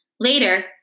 Later